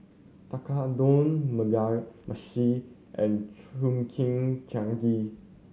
Tekkadon Mugi Meshi and Chimichangas